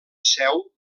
seu